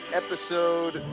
episode